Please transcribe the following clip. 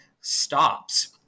stops